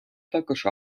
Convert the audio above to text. також